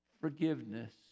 Forgiveness